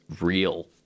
real